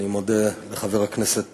אני מודה לחבר הכנסת